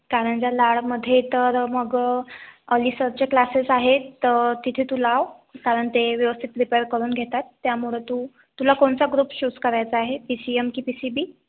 कारंजा लाडमध्ये तर मग अली सरचे क्लासेस आहेत तिथे तू लाव कारण ते व्यवस्थित प्रीपेर करून घेतात त्यामुळं तू तुला कोणचा ग्रुप चूज करायचा आहे पी सी एम की पी सी बी